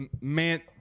Man